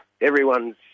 everyone's